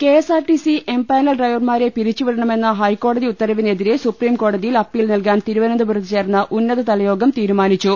KSRTC empanel ഡ്രൈവർമാരെ പിരിച്ച് വിട ണമെന്ന ഹൈക്കോടതി ഉത്തരവിനെതിരെ സുപ്രീംകോടതിയിൽ അപ്പീൽ നൽകാൻ തിരുവനന്തപുരത്ത് ചേർന്ന ഉന്നതതല യോഗം തീരുമാനിച്ചു